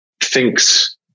thinks